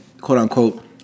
quote-unquote